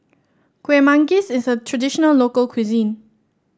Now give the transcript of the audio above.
Kueh Manggis is a traditional local cuisine